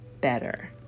better